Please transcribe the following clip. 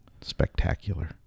spectacular